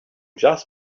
just